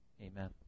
amen